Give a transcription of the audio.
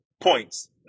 points